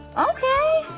okay,